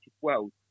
world